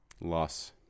Loss